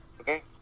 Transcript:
Okay